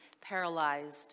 paralyzed